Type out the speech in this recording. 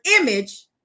image